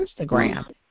Instagram